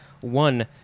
One